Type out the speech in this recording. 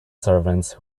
servants